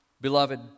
Beloved